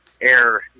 air